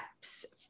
steps